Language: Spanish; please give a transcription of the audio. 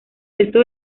resto